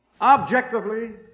Objectively